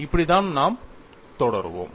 இப்படித்தான் நாம் தொடருவோம்